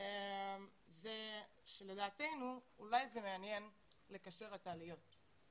זה שלדעתנו אולי זה מעניין לקשר בין העליות השונות.